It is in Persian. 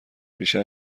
ریشه